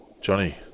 Johnny